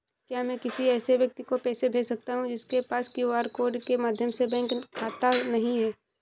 क्या मैं किसी ऐसे व्यक्ति को पैसे भेज सकता हूँ जिसके पास क्यू.आर कोड के माध्यम से बैंक खाता नहीं है?